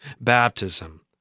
baptism